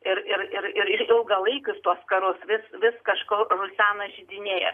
ir ir ir ilgalaikius tuos karus vis vis kažkur rusena židiniai